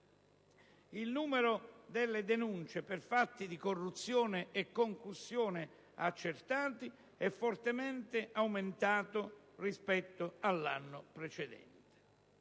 Il numero delle denunce per fatti di corruzione e concussione accertati è fortemente aumentato rispetto all'anno precedente.